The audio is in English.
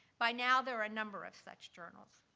by now, there are a number of such journals.